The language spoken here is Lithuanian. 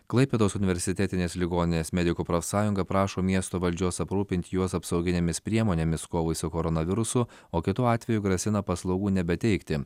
klaipėdos universitetinės ligoninės medikų profsąjunga prašo miesto valdžios aprūpinti juos apsauginėmis priemonėmis kovai su koronavirusu o kitu atveju grasina paslaugų nebeteikti